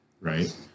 right